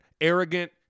arrogant